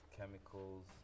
chemicals